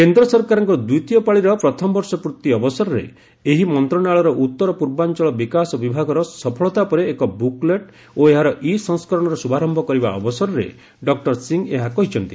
କେନ୍ଦ୍ର ସରକାରଙ୍କ ଦ୍ୱିତୀୟ ପାଳିର ପ୍ରଥମବର୍ଷ ପୂର୍ତ୍ତି ଅବସରରେ ଏହି ମନ୍ତ୍ରଣାଳୟର ଉତ୍ତର ପୂର୍ବାଞ୍ଚଳ ବିକାଶ ବିଭାଗର ସଫଳତା ଉପରେ ଏକ ବୁକ୍ଲେଟ୍ ଓ ଏହାର ଇ ସଂସ୍କରଣର ଶୁଭାରମ୍ଭ କରିବା ଅବସରରେ ଡକ୍ର ସିଂ ଏହା କହିଛନ୍ତି